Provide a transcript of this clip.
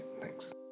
thanks